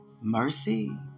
Mercy